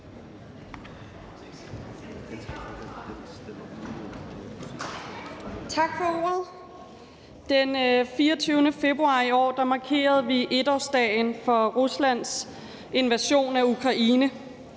Den 24. februar i år markerede vi 1-årsdagen for Ruslands invasion af Ukraine.